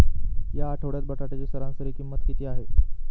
या आठवड्यात बटाट्याची सरासरी किंमत किती आहे?